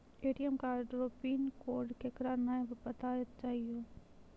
ATM card रो PIN code केकरै नाय बताना चाहियो